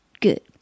Good